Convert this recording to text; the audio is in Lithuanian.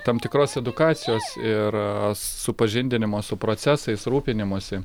tam tikros edukacijos ir supažindinimo su procesais rūpinimosi